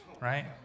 right